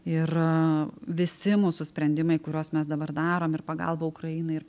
ir visi mūsų sprendimai kuriuos mes dabar darom ir pagalba ukrainai ir